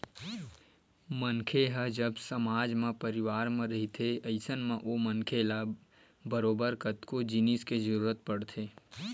मनखे ह जब समाज म परवार म रहिथे अइसन म ओ मनखे ल बरोबर कतको जिनिस के जरुरत पड़थे